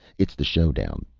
it's the showdown.